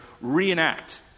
reenact